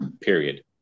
period